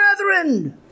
brethren